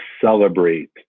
celebrate